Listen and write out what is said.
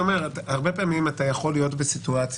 הרבה פעמים אתה יכול להיות בסיטואציה